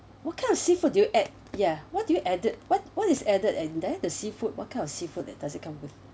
what kind of seafood do you add ya what do you added what what is added in there the seafood what kind of seafood that does it come with